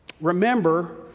Remember